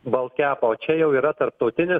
balkepo čia jau yra tarptautinis